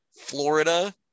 Florida